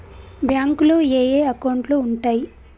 బ్యాంకులో ఏయే అకౌంట్లు ఉంటయ్?